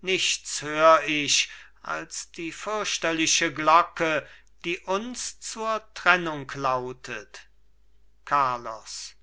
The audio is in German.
nichts hör ich als die fürchterliche glocke die uns zur trennung lautet carlos